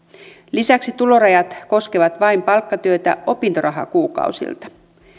lisäksi tulorajat koskevat vain palkkatyötä opintorahakuukausilta